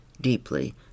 Deeply